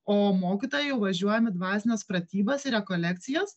o mokytojai jau važiuojam į dvasines pratybas rekolekcijas